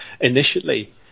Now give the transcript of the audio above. initially